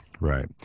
right